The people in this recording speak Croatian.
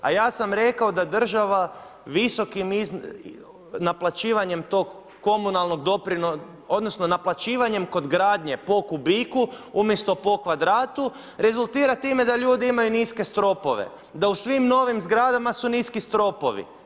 A ja sam rekao da visokim naplaćivanjem tog komunalnog odnosno naplaćivanjem kod gradnje po kubiku umjesto po kvadratu rezultira time da ljudi imaju niske stropove, da u svim novim zgradama su niski stropovi.